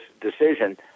decision